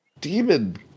demon